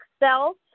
excel